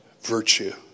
virtue